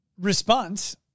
Response